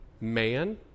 man